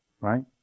right